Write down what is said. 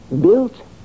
Built